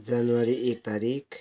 जनवरी एक तारिक